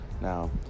now